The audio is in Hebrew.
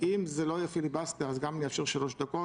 אם זה לא יהיה פיליבסטר אני אאפשר שלוש דקות.